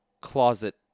closet